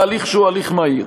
בהליך שהוא הליך מהיר.